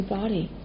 body